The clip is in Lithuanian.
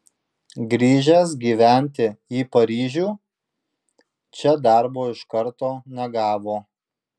grįžęs gyventi į paryžių čia darbo iš karto negavo